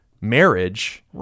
marriage